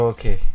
Okay